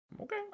Okay